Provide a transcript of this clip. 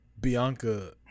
Bianca